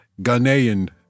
Ghanaian